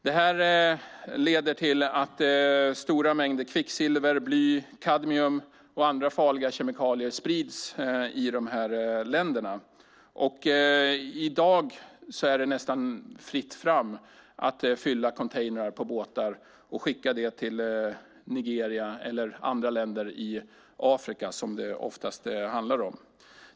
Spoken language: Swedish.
Detta leder till att stora mängder kvicksilver, bly, kadmium och andra farliga kemikalier sprids i dessa länder. I dag är det nästan fritt fram att fylla containrar på båtar och skicka dem till Nigeria eller andra länder i Afrika som det oftast handlar om.